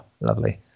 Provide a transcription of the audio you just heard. lovely